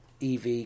EV